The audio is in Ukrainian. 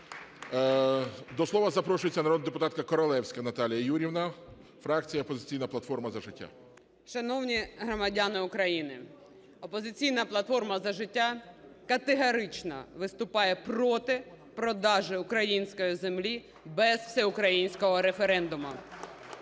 До слова запрошується народна депутатка Королевська Наталія Юріївна, фракція "Опозиційна платформа – За життя". 13:22:50 КОРОЛЕВСЬКА Н.Ю. Шановні громадяни України, "Опозиційна платформа – За життя" категорично виступає проти продажу української землі без всеукраїнського референдуму.